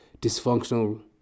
dysfunctional